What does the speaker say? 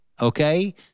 Okay